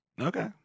Okay